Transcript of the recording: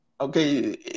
Okay